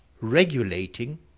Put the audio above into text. regulating